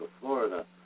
Florida